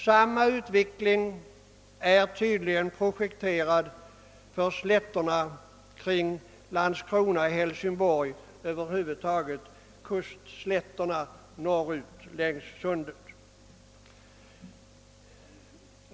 Samma utveckling är tydligen projekterad för slätterna kring Landskrona och Hälsingborg och över huvud taget för kustslätterna norrut längs Sundet.